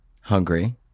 hungry